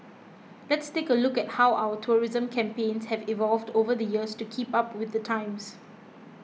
let's take a look at how our tourism campaigns have evolved over the years to keep up with the times